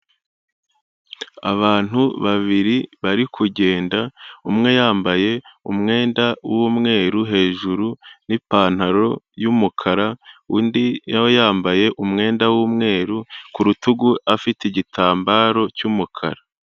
Abantu babiri bari kugenda, umwe yambaye umwenda w'umweru hejuru n'ipantaro y'umukara, undi yaba yambaye umwenda w'umweru ku rutugu afite igitambaro cy'umukara.